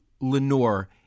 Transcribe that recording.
Lenore